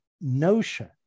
notion